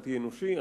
אנטי-אנושי,